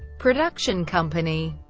production company